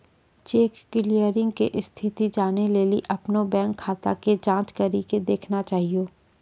cheque clearing के स्थिति जानै लेली अपनो बैंक खाता के जांच करि के देखना चाहियो